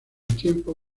tiempo